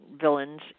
villains